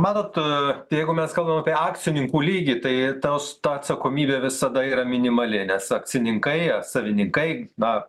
matot jeigu mes kalbam apie akcininkų lygį tai tos ta atsakomybė visada yra minimali nes akcininkai savininkai na